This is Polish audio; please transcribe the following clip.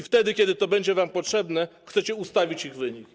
Wtedy, kiedy to będzie wam potrzebne, chcecie ustawić ich wynik.